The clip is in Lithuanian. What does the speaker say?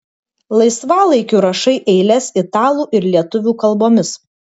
laisvalaikiu rašai eiles italų ir lietuvių kalbomis